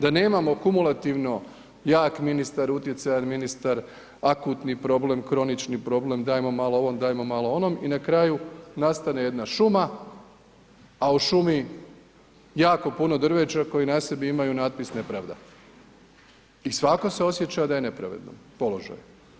Da nemamo kumulativno jak ministar, utjecaj ministar, akutni problem, kronični problem, dajmo malo ovom, dajmo malom onom i na kraju nastane jedna šuma a u šumi jako puno drveća koje na sebi imaju natpis „Nepravda“ i svako se osjeća da je u nepravednom položaju.